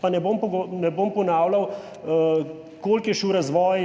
pa ne bom ponavljal, koliko je šel razvoj